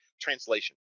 translation